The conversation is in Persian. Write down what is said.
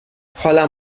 حالم